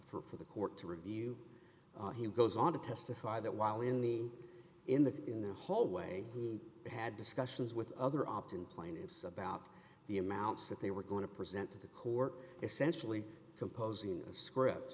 clear for the court to review goes on to testify that while in the in the in the hallway he had discussions with other option plaintiffs about the amounts that they were going to present to the court essentially composing a script